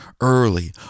early